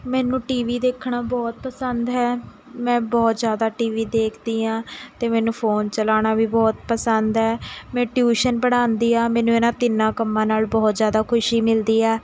ਮੈਨੂੰ TV ਦੇਖਣਾ ਬਹੁਤ ਪਸੰਦ ਹੈ ਮੈਂ ਬਹੁਤ ਜ਼ਿਆਦਾ ਟੀ ਵੀ ਦੇਖਦੀ ਹਾਂ ਅਤੇ ਮੈਨੂੰ ਫੋਨ ਚਲਾਉਣਾ ਵੀ ਬਹੁਤ ਪਸੰਦ ਹੈ ਮੈਂ ਟਿਊਸ਼ਨ ਪੜ੍ਹਾਉਂਦੀ ਹਾਂ ਮੈਨੂੰ ਇਹਨਾਂ ਤਿੰਨਾਂ ਕੰਮਾਂ ਨਾਲ਼ ਬਹੁਤ ਜ਼ਿਆਦਾ ਖੁਸ਼ੀ ਮਿਲਦੀ ਆ